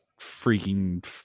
freaking